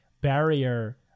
barrier